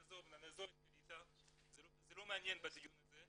נעזוב את קעליטה זה לא מעניין בדיון הזה.